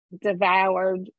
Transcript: devoured